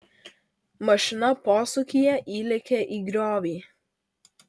mašina posūkyje įlėkė į griovį